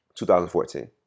2014